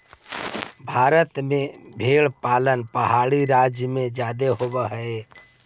भारत में भेंड़ पालन पहाड़ी राज्यों में जादे होब हई